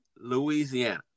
Louisiana